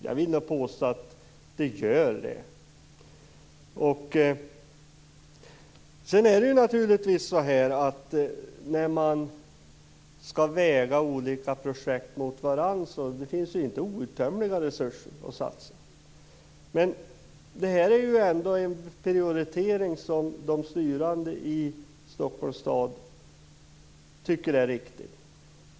Jag vill nog påstå att det finns det. Man får väga olika projekt mot varandra. Det finns ju inte outtömliga resurser att satsa. Men detta är ändå en prioritering som de styrande i Stockholms stad tycker är riktig.